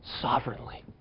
sovereignly